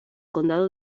condado